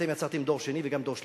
אתם יצרתם דור שני וגם דור שלישי.